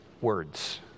words